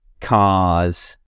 cars